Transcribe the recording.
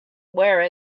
wear